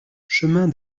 chemin